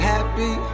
Happy